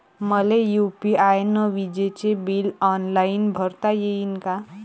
मले यू.पी.आय न विजेचे बिल ऑनलाईन भरता येईन का?